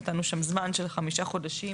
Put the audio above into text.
נתנו שם זמן של חמישה חודשים,